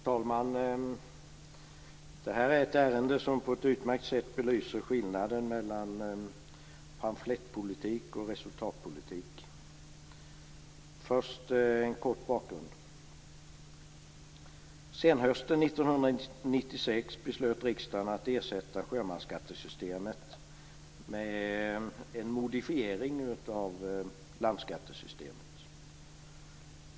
Herr talman! Det här är ett ärende som på ett utmärkt sätt belyser skillnaden mellan pamflettpolitik och resultatpolitik. Jag vill först ge en kort bakgrund. Under senhösten 1996 beslutade riksdagen att ersätta sjömansskattesystemet med en modifiering av landskattesystemet.